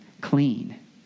clean